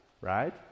right